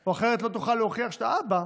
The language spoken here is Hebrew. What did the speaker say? או אחרת לא תוכל להוכיח שאתה אבא.